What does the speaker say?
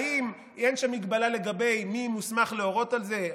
האם אין שם הגבלה לגבי מי מוסמך להורות על זה,